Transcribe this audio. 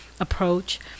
approach